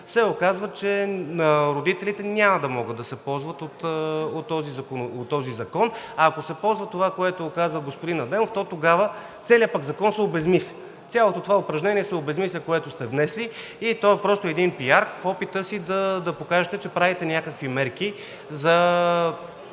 се оказва, че родителите няма да могат да се ползват от този закон, а ако се ползват – това, което каза господин Адемов, то тогава целият пък Закон се обезсмисля. Цялото това упражнение се обезсмисля, което сте внесли, и то е просто един пиар в опита си да покажете, че правите някакви мерки за